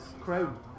crown